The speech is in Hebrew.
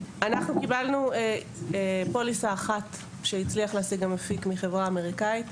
אנחנו קיבלנו פוליסה אחת שהמפיק הצליח להשיג מחברה אמריקאית.